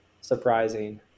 surprising